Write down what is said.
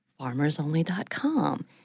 FarmersOnly.com